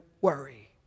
worry